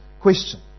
question